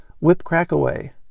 whip-crack-away